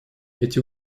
эти